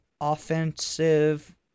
offensive